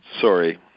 sorry